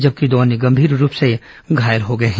जबकि दो अन्य गंभीर रूप से घायल हो गए हैं